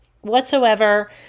whatsoever